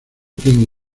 quién